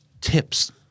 tips